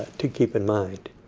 to keep in mind.